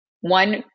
One